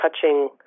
touching